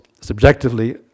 subjectively